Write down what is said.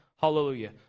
Hallelujah